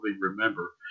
remember